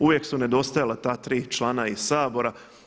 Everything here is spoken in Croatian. Uvijek su nedostajala ta tri člana iz Sabora.